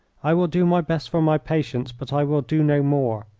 i will do my best for my patients, but i will do no more.